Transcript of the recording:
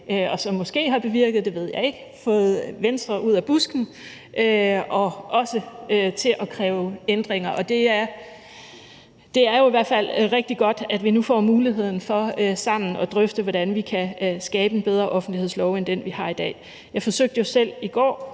og som måske har medvirket til – det ved jeg ikke – at få Venstre ud af busken og til også at kræve ændringer. Det er jo i hvert fald rigtig godt, at vi nu får mulighed for sammen at drøfte, hvordan vi kan skabe en bedre offentlighedslov end den, vi har i dag. Jeg forsøgte selv i går